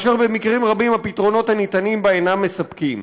ובמקרים רבים הפתרונות הניתנים בה אינם מספקים.